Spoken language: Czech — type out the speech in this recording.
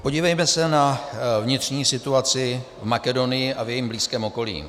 Podívejme se na vnitřní situaci v Makedonii a v jejím blízkém okolí.